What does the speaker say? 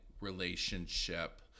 relationship